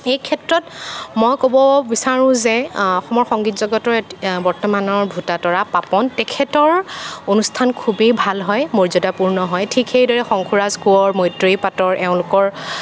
এইক্ষেত্ৰত মই ক'ব বিচাৰোঁ যে অসমৰ সংগীত জগতৰ বৰ্তমানৰ ভোটাতৰা পাপন তেখেতৰ অনুষ্ঠান খুবেই ভাল হয় মৰ্যদাপূৰ্ণ হয় ঠিক সেইদৰে শংকুৰাজ কোঁৱৰ মৈত্ৰেয়ী পাটৰ এওঁলোকৰ